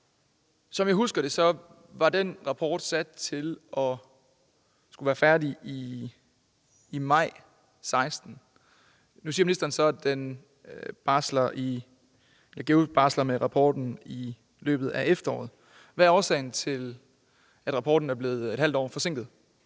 som jeg husker det, skulle den rapport have været færdig i maj 2016. Nu siger ministeren så, at GEUS vil barsle med rapporten i løbet af efteråret. Hvad er årsagen til, at rapporten er blevet et halvt år forsinket?